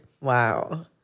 Wow